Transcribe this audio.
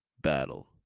battle